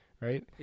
Right